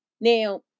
Now